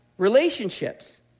relationships